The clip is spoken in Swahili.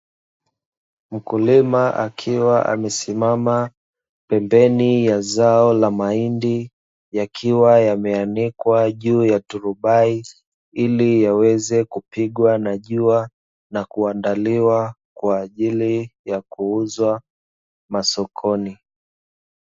Mkulima akiwa amesimama pembeni ya zao la mahindi, yakiwa yameanikwa juu ya turubai, ili yaweze kupigwa na jua na kuandaliwa kwa ajili ya kuuzwa masokoni.